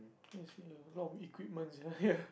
you see uh a lot of equipments are here